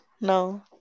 No